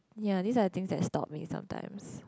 ya these are the things that stop me sometimes